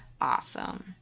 awesome